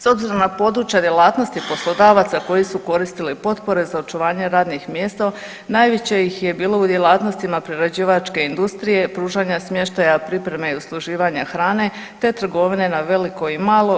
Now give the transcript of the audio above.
S obzirom na područja djelatnosti poslodavaca koji su koristili potpore za očuvanje radnih mjesta najviše ih je bilo u djelatnostima prerađivačke industrije, pružanja smještaja, pripreme i usluživanja hrane te trgovine na veliko i malo.